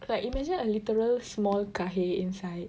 like imagine a literal small Kahir inside